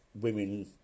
women